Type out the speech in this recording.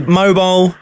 mobile